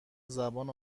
زبان